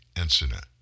incident